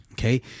Okay